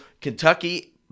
Kentucky